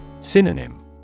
Synonym